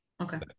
okay